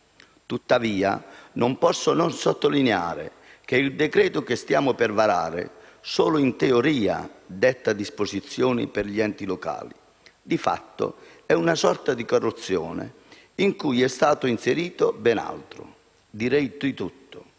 Tuttavia, non posso non sottolineare che il provvedimento che stiamo per varare solo in teoria detta disposizioni per gli enti locali. Di fatto, è una sorta di carrozzone in cui è stato inserito ben altro. Direi di tutto.